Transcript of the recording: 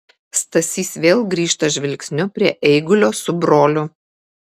stasys vėl grįžta žvilgsniu prie eigulio su broliu